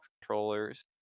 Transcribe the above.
controllers